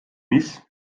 mis